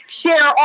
share